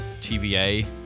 TVA